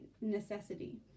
necessity